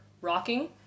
rocking